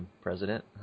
president